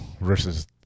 versus